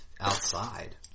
outside